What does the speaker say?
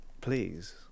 please